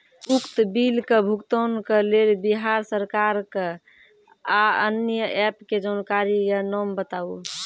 उक्त बिलक भुगतानक लेल बिहार सरकारक आअन्य एप के जानकारी या नाम बताऊ?